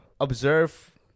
observe